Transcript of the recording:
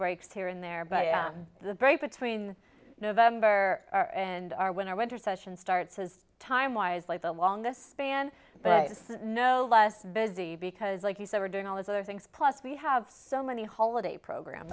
break here and there but the break between november and our winter winter session starts is time wise like the longest span but no less busy because like you said we're doing all these other things plus we have so many holiday program